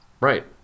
Right